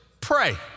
pray